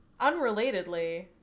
Unrelatedly